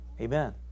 Amen